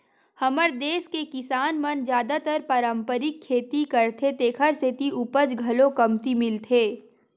हमर देस के किसान मन जादातर पारंपरिक खेती करथे तेखर सेती उपज घलो कमती मिलथे